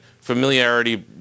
familiarity